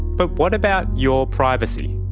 but what about your privacy?